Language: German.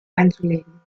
einzulegen